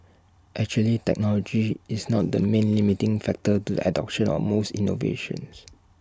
actually technology is not the main limiting factor to adoption of most innovations